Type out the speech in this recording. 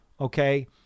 okay